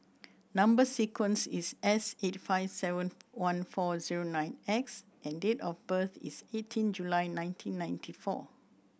number sequence is S eight five seven one four zero nine X and date of birth is eighteen July nineteen ninety four